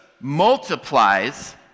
multiplies